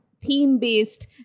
theme-based